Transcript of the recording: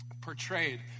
portrayed